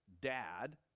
dad